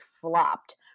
flopped